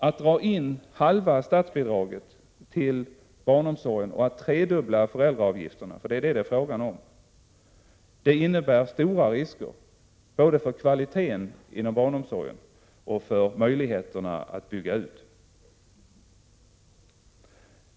Att dra in halva statsbidraget till barnomsorgen och tredubbla föräldraavgifterna — det är vad det är fråga om — innebär stora risker, både för kvaliteten inom barnomsorgen och för möjligheterna att bygga ut den.